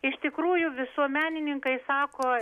iš tikrųjų visuomenininkai sako